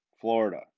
Florida